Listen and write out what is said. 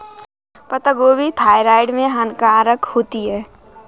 पत्ता गोभी थायराइड में हानिकारक होती है